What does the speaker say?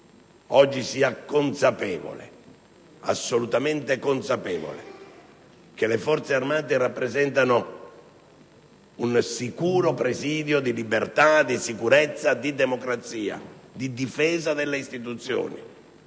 degli italiani sia assolutamente consapevole che le Forze armate rappresentano un sicuro presidio di libertà, di sicurezza, di democrazia e di difesa delle istituzioni.